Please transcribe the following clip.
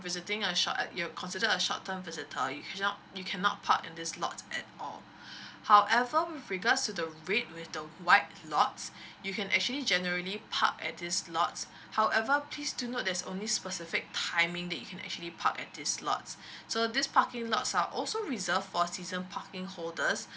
visiting a shop you're considered a short term visitor you cannot you cannot park in these lots at all however with regards to the red with the white lots you can actually generally park at these lots however please do note there is only specific timing that you can actually park at these lots so these parking lots are also reserve for season parking holders